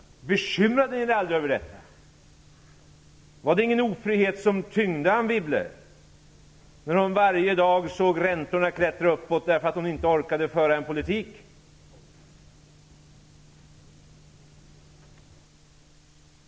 Bekymrade ni er aldrig över detta? Var det ingen ofrihet som tyngde Anne Wibble när hon varje dag såg räntorna klättra uppåt därför att hon inte orkade föra en politik?